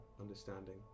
understanding